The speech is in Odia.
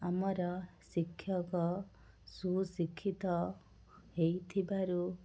ଆମର ଶିକ୍ଷକ ସୁଶିକ୍ଷିତ ହେଇଥିବାରୁ